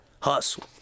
Hustle